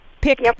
pick